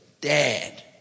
dad